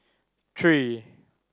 three